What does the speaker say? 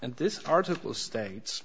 this article states